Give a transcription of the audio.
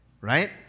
Right